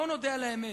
בואו נודה באמת,